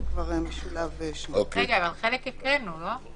אבל חלק הקראנו, לא?